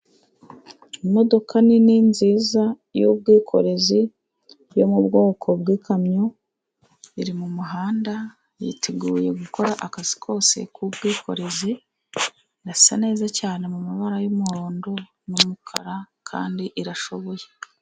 Imodoka nini nziza y'ubwikorezi yo mu bwoko bw'ikamyo iri mu muhanda, yiteguye gukora akazi kose k'ubwikorezi, irasa neza cyane mu mabara yumuhondo n'umukara, kandi irashoboye.